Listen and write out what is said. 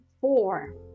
four